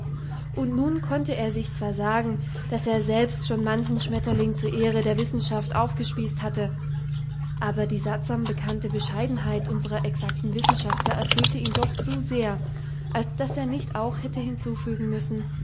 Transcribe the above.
und nun konnte er sich zwar sagen daß er selbst schon manchen schmetterling zur ehre der wissenschaft aufgespießt hatte aber die sattsam bekannte bescheidenheit unsrer exakten wissenschaftler erfüllte ihn doch zu sehr als daß er nicht auch hätte hinzufügen müssen